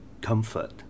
comfort